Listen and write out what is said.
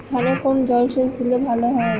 ধানে কোন জলসেচ দিলে ভাল হয়?